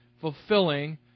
fulfilling